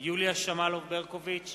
יוליה שמאלוב-ברקוביץ,